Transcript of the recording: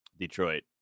detroit